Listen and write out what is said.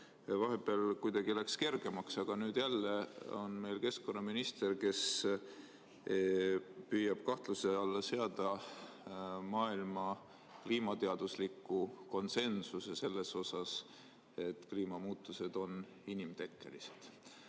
vahepeal kuidagi läks kergemaks, aga nüüd jälle on meil keskkonnaminister, kes püüab kahtluse alla seada maailma kliimateadusliku konsensuse selles osas, et kliimamuutused on inimtekkelised.